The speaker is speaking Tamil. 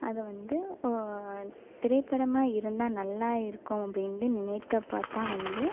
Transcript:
அதை வந்து திரைப்படமாக இருந்தால் நல்லா இருக்கும் அப்படின்னு நினைத்து பார்த்தா வந்து